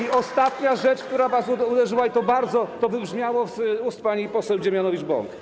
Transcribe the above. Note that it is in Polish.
I ostatnia rzecz, która was uderzyła, i to bardzo, to wybrzmiało z ust pani poseł Dziemianowicz-Bąk.